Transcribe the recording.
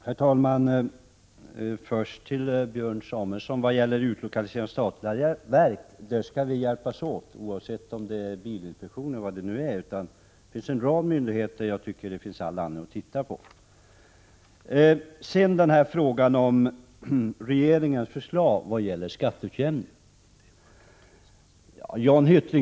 Herr talman! Vad gäller utlokaliseringen av statliga verk, Björn Samuelson, skall vi hjälpas åt oavsett om det gäller Bilinspektionen eller andra verk. Det finns en rad myndigheter som det finns all anledning att titta på. Sedan till frågan om regeringens förslag vad gäller skatteutjämningen.